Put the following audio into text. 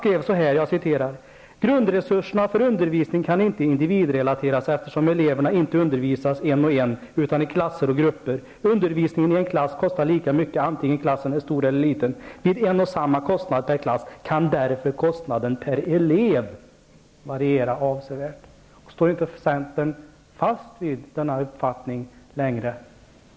''Grundresurserna för undervisning kan inte individrelateras, eftersom eleverna inte undervisas en och en utan i klasser och grupper. Undervisningen i en klass kostar lika mycket antingen klassen är stor eller liten. Vid en och samma kostnad per klass kan därför kostnaden per elev variera avsevärt.'' Står centern inte längre fast vid denna uppfattning?